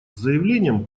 заявлением